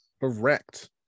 Correct